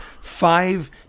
five